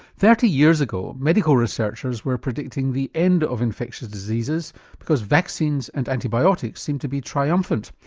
thirty years ago medical researchers were predicting the end of infectious diseases because vaccines and antibiotics seemed to be triumphant.